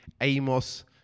Amos